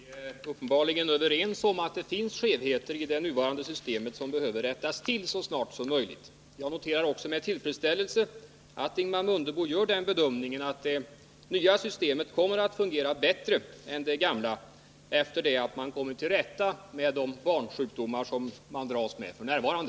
Herr talman! Vi är uppenbarligen överens om att det finns skevheter i det nuvarande systemet som behöver rättas till så snart som möjligt. Jag noterar också med tillfredsställelse att Ingemar Mundebo gör den bedömningen att det nya systemet kommer att fungera bättre än det gamla efter det att man kommit till rätta med de barnsjukdomar som systemet dras med f.n.